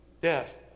death